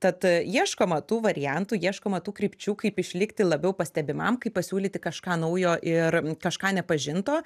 tad ieškoma tų variantų ieškoma tų krypčių kaip išlikti labiau pastebimam kaip pasiūlyti kažką naujo ir kažką nepažinto